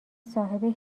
صاحب